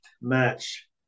match